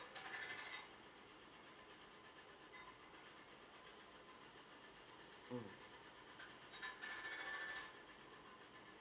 mm